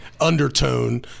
undertone